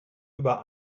über